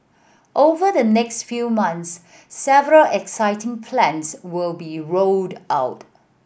over the next few months several exciting plans will be rolled out